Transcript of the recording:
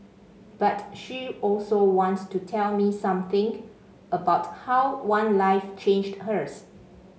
but she also wants to tell me something about how one life changed hers